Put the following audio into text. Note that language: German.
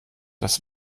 das